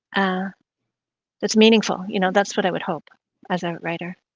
ah that's meaningful, you know that's what i would hope as a writer.